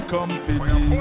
Company